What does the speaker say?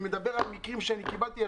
אני מדבר על מקרים שעליהם שמעתי.